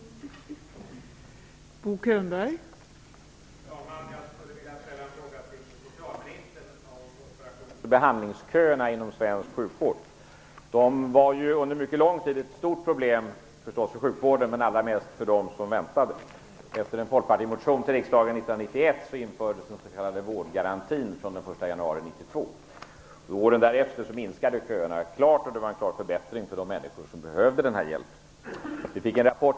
Fru talman! Jag vill ställa en fråga till socialministern om operations och behandlingsköerna inom svensk sjukvård. De var under en mycket lång tid ett stort problem för sjukvården, men förstås allra mest för dem som väntade. Efter en folkpartimotion till riksdagen 1991 infördes den s.k. vårdgarantin från den 1 januari 1992. Under åren därefter minskade köerna tydligt, och det blev en klar förbättring för de människor som behövde hjälp.